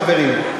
חברים,